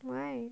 why